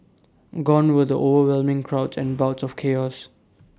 gone were the overwhelming crowds and bouts of chaos